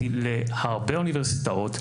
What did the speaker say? ולהרבה אוניברסיטאות,